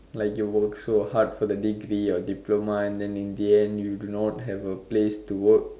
like you work so hard for the degree or diploma and then in the end you do not have a place to work